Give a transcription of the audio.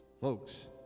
Folks